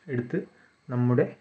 എടുത്ത് നമ്മുടെ